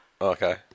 okay